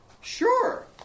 Sure